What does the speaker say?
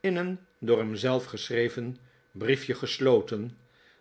in een door hem zelf geschreven briefje gesloten